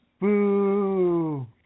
Boo